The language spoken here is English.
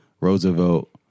Roosevelt